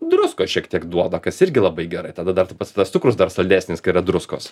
druskos šiek tiek duoda kas irgi labai gerai tada dar pats tas cukrus dar saldesnis kai yra druskos